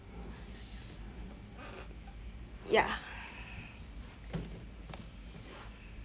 ya